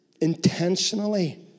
intentionally